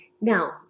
Now